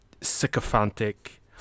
sycophantic